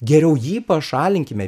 geriau jį pašalinkime